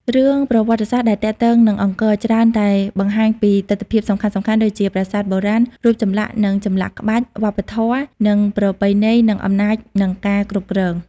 រឿងប្រវត្តិសាស្ត្រដែលទាក់ទងនឹងអង្គរច្រើនតែបង្ហាញពីទិដ្ឋភាពសំខាន់ៗដូចជា ប្រាសាទបុរាណ រូបចម្លាក់និងចម្លាក់ក្បាច់ វប្បធម៌និងប្រពៃណីនិងអំណាចនិងការគ្រប់គ្រង។